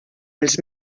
els